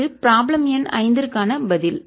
இது ப்ராப்ளம் எண் 5 க்கான பதில்